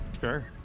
Sure